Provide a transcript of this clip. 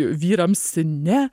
vyrams ne